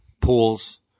pools